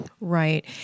right